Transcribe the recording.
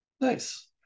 Nice